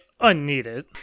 unneeded